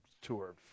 tour